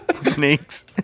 Snakes